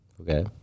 Okay